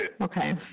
Okay